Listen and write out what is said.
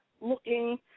looking